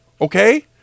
Okay